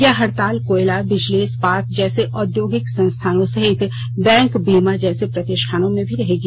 यह हड़ताल कोयला बिजली इस्पात जैसे औद्योगिक संस्थानों सहित बैंक बीमा जैसे प्रतिष्ठानों में भी रहेगी